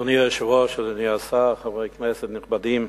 אדוני היושב-ראש, אדוני השר, חברי כנסת נכבדים,